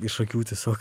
iš akių tiesiog